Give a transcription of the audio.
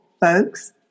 folks